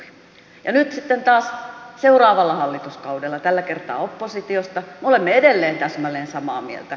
ja nyt sitten taas seuraavalla hallituskaudella tällä kertaa oppositiosta me olemme edelleen täsmälleen samaa mieltä